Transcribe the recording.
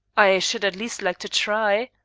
i should at least like to try.